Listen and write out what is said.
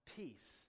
peace